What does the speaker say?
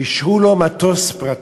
אישרו לו מטוס פרטי.